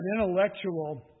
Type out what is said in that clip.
intellectual